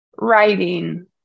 writing